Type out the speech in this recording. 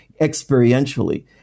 experientially